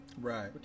Right